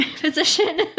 position